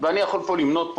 ואני יכול למנות פה,